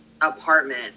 apartment